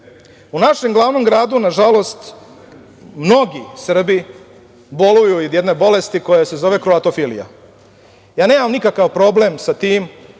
našem glavnom gradu, nažalost, mnogi Srbi boluju od jedne bolesti koja se zove - kroatofilija. Ja nemam nikakav problem sa tim